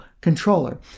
controller